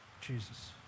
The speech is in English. Jesus